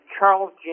Charles